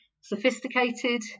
sophisticated